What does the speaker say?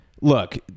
look